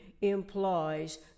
implies